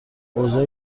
اوضاع